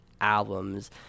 albums